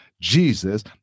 Jesus